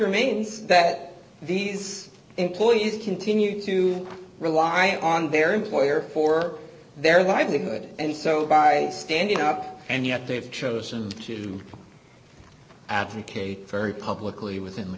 remains that these employees continue to rely on their employer for their livelihood and so by standing up and yet they've chosen to advocate very publicly within the